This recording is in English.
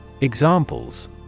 Examples